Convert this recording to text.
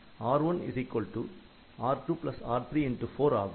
இதில் R1R2R34 ஆகும்